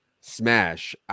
smash